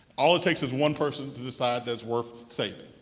all it takes is one person to decide that it's worth saving.